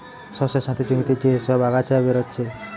শস্যের সাথে জমিতে যে সব আগাছা বেরাচ্ছে